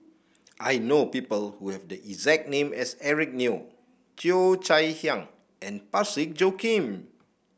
I know people who have the exact name as Eric Neo Cheo Chai Hiang and Parsick Joaquim